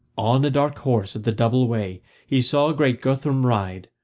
on a dark horse at the double way he saw great guthrum ride,